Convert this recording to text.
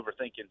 overthinking